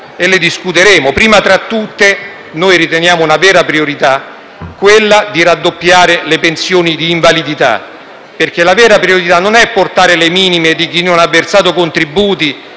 cui discuteremo. Prima tra tutte, noi riteniamo sia una vera priorità raddoppiare le pensioni di invalidità, perché la vera priorità non è portare le pensioni minime di chi non ha versato contributi